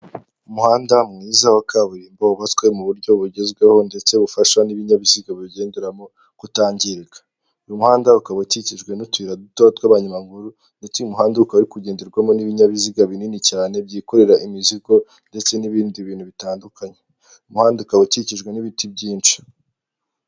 Umuhanda mwiza wa kaburimbo wubatse mu buryo bugezweho ndetse bufasha n'ibinyabiziga biwugenderamo kutangirika. Uyu muhanda ukaba ukukijwe n'utuyira dutoya tw'abanyamaguru, ndetse uyu mumuhanda ukaba uri kugenderwamo n'ibinyabiziga binini cyane byikorera imizigo ndetse n'ibindi bintu bitandukanye. Uyu muhanda ukaba ukikijwe n'ibiti byinshi.